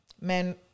men